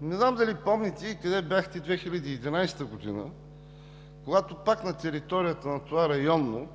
Не знам дали помните къде бяхте през 2011 г., когато пак на територията на това Районно,